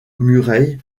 murray